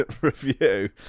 review